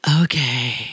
okay